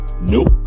Nope